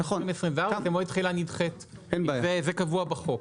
עם 2020 ואז זה מועד תחילה נדחית וזה קבוע בחוק,